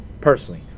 personally